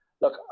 Look